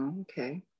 okay